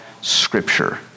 Scripture